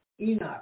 Enoch